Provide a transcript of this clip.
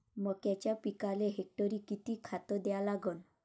मक्याच्या पिकाले हेक्टरी किती खात द्या लागन?